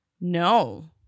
No